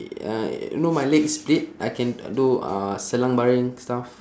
uh you know my leg split I can do uh selang baring stuff